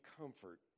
comfort